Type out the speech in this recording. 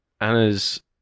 Anna's